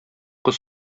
кыз